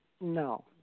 no